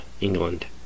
England